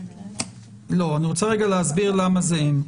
אני רוצה להסביר למה זה הם.